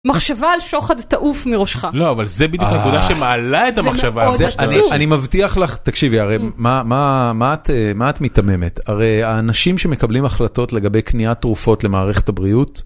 מחשבה על שוחד תעוף מראשך. לא, אבל זו בדיוק העבודה שמעלה את המחשבה הזאת. זה מאוד עצוב. אני מבטיח לך, תקשיבי הרי, מה את מתממת? הרי האנשים שמקבלים החלטות לגבי קניית תרופות למערכת הבריאות...